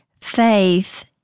faith